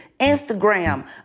Instagram